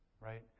right